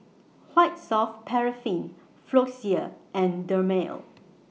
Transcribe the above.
White Soft Paraffin Floxia and Dermale